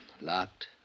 Locked